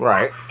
Right